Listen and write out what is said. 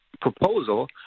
proposal